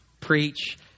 Preach